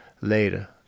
later